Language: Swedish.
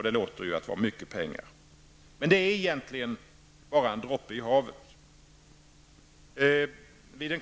Det låter som mycket pengar, men ändå en droppe i havet.